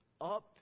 up